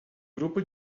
grupo